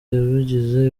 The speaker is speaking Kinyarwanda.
yabigize